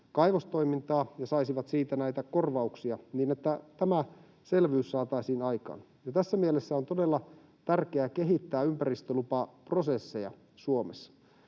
kaivostoimintaa ja he saisivat siitä näitä korvauksia, vaan tämä selvyys saataisiin aikaan. Ja tässä mielessä on todella tärkeää kehittää ympäristölupaprosesseja Suomessa,